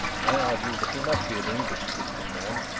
i argued that he must be an english-speaking man.